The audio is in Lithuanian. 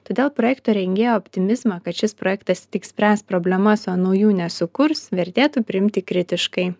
todėl projekto rengėjų optimizmą kad šis projektas tik spręs problemas o naujų nesukurs vertėtų priimti kritiškai